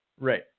right